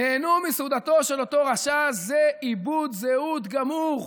"נהנו מסעודתו של אותו רשע" זה איבוד זהות גמור.